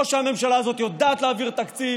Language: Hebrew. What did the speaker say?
או שהממשלה הזאת יודעת להעביר תקציב,